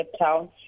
town